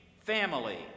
family